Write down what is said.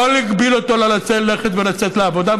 לא להגביל אותו לא ללכת ולצאת לעבודה,